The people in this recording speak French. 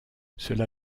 cela